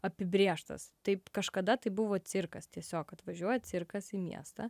apibrėžtas taip kažkada tai buvo cirkas tiesiog atvažiuoja cirkas į miestą